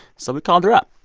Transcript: so we called her up